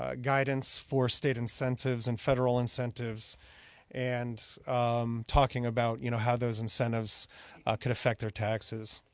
ah guidance for state incentives and federal incentives and talking about you know how those incentives could affect our taxes.